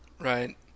Right